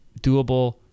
doable